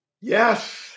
Yes